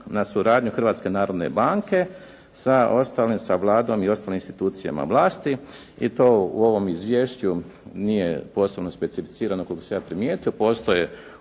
na suradnju Hrvatske narodne banke sa Vladom i ostalim institucijama vlasti i to u ovom izvješću nije posebno specificirano koliko sam ja primijetio.